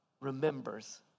remembers